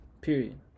period